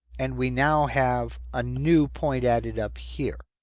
and we now have a new point, added up here.